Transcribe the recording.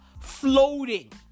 floating